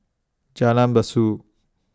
Jalan Besut